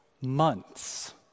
months